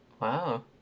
Wow